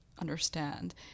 understand